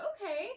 okay